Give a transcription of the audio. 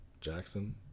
Jackson